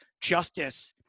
justice